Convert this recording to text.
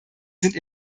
sind